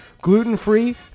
gluten-free